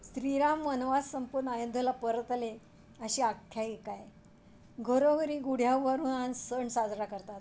श्रीराम वनवास संपून आयोध्येला परत आले अशी आख्यायिका आहे घरोघरी गुढ्या उभारून हा सण साजरा करतात